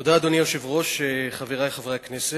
אדוני היושב-ראש, תודה, חברי חברי הכנסת,